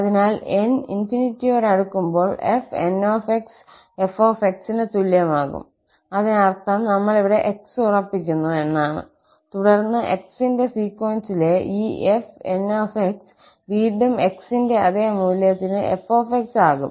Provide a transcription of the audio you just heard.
അതിനാൽ 𝑛∞ യോട് അടുക്കുമ്പോൾ 𝑓𝑛𝑥 𝑓𝑥 ന് തുല്യമാകും അതിനർത്ഥം നമ്മൾ ഇവിടെ x ഉറപ്പിക്കുന്നു എന്നാണ് തുടർന്ന് x ന്റെ സീക്വൻസിലെ ഈ 𝑓𝑛𝑥 വീണ്ടും 𝑥 ന്റെ അതേ മൂല്യത്തിന് 𝑓𝑥 ആകും